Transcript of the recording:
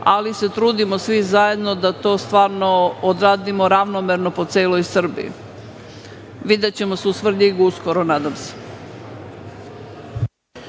ali se trudimo svi zajedno da to stvarno odradimo ravnomerno po celoj Srbiji. Videćemo se u Svrljigu uskoro nadam se.